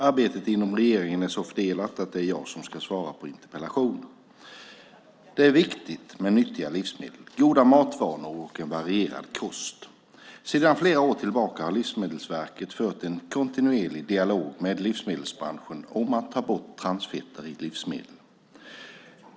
Arbetet inom regeringen är så fördelat att det är jag som ska svara på interpellationen. Det är viktigt med nyttiga livsmedel, goda matvanor och en varierad kost. Sedan flera år tillbaka har Livsmedelsverket fört en kontinuerlig dialog med livsmedelsbranschen om att ta bort transfetter i livsmedel.